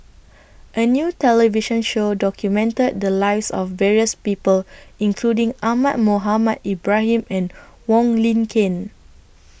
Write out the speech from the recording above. A New television Show documented The Lives of various People including Ahmad Mohamed Ibrahim and Wong Lin Ken